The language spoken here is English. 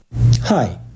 Hi